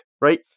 right